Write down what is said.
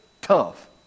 tough